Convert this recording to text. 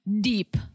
deep